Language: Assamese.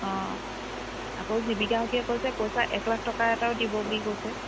অ আকৌ জীৱিকা সখীয়ে কৈছে পইচা এক লাখ টকা এটাও দিব বুলি কৈছে